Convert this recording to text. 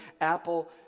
apple